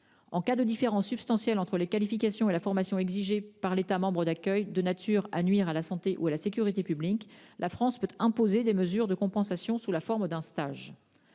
En cas de différence substantielle entre ces qualifications et la formation exigée par la France de nature à nuire à la santé ou à la sécurité publique, notre pays peut imposer des mesures de compensation sous la forme d'un stage.